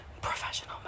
professional